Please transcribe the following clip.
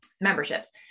memberships